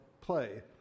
play